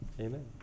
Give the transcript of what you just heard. Amen